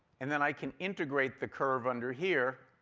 and then i can integrate the curve under here.